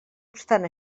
obstant